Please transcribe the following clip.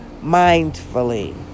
mindfully